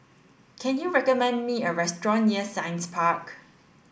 can you recommend me a restaurant near Science Park